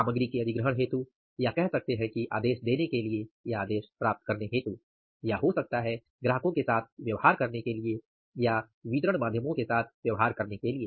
सामग्री के अधिग्रहण हेतु या कह सकते हैं कि आदेश देने के लिए या आदेश प्राप्त करने हेतु या हो सकता है ग्राहकों के साथ व्यवहार करने के लिए या वितरण चैनलों के साथ व्यवहार करने के लिए